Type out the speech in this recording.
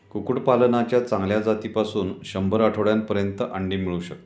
कुक्कुटपालनाच्या चांगल्या जातीपासून शंभर आठवड्यांपर्यंत अंडी मिळू शकतात